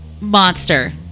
Monster